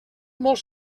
molt